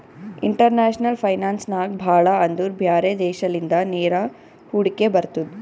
international finance ನಾಗ್ ಭಾಳ ಅಂದುರ್ ಬ್ಯಾರೆ ದೇಶಲಿಂದ ನೇರ ಹೂಡಿಕೆ ಬರ್ತುದ್